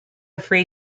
free